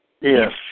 Yes